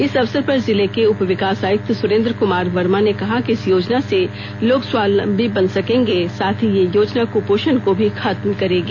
इस अवसर पर जिले के उपविकास आयुक्त सुरेंद्र कुमार वर्मा ने कहा कि इस योजना से लोग स्वावलंबी बन सकेंगे साथ ही यह योजना क्पोषण को भी खत्म करेगी